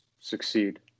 succeed